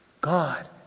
God